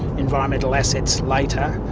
environmental assets later.